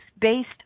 based